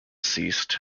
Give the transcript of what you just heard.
ceased